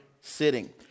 sitting